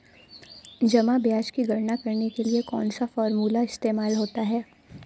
जमा ब्याज की गणना करने के लिए कौनसा फॉर्मूला इस्तेमाल होता है?